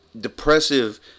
depressive